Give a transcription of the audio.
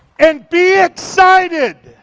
and be excited.